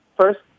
first